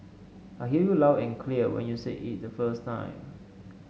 I heard you loud and clear when you said it the first time